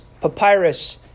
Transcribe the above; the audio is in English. Papyrus